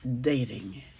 Dating